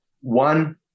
one